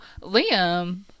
Liam